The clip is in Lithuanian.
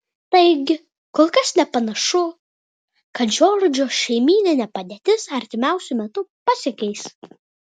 taigi kol kas nepanašu kad džordžo šeimyninė padėtis artimiausiu metu pasikeis